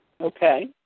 Okay